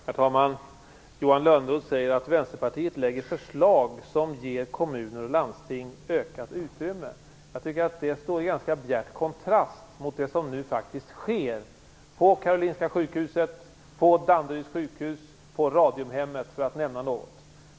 Herr talman! Johan Lönnroth säger att Vänsterpartiet lägger fram förslag som ger kommuner och landsting ökat utrymme. Det står i ganska bjärt kontrast mot det som nu faktiskt sker på Karolinska sjukhuset, på Danderyds sjukhus och på Radiumhemmet, för att nämna några.